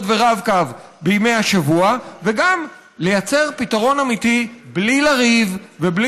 ורב-קו בימי השבוע וגם לייצר פתרון אמיתי בלי לריב ובלי